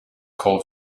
called